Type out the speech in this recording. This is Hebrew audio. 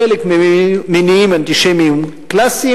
חלק ממניעים אנטישמיים קלאסיים,